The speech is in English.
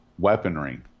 weaponry